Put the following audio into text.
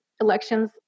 elections